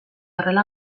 horrela